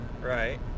Right